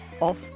Off